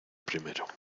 primero